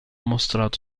mostrato